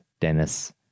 Dennis